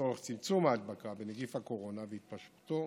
לצורך צמצום ההדבקה בנגיף הקורונה והתפשטותו